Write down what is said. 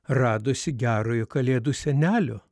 radosi gerojo kalėdų senelio